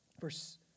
Verse